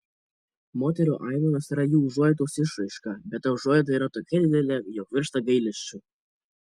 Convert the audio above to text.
moterų aimanos yra jų užuojautos išraiška bet ta užuojauta yra tokia didelė jog virsta gailesčiu